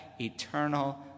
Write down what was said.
eternal